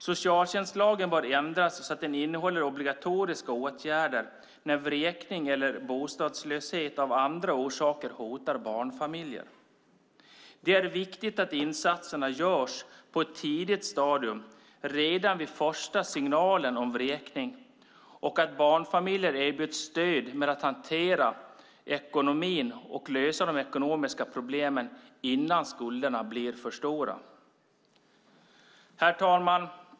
Socialtjänstlagen bör ändras så att den innehåller obligatoriska åtgärder när vräkning eller bostadslöshet av andra orsaker hotar barnfamiljer. Det är viktigt att insatserna görs på ett tidigt stadium, redan vid första signalen om vräkning, och att barnfamiljer erbjuds stöd med att hantera ekonomin och lösa de ekonomiska problemen innan skulderna blir för stora. Herr talman!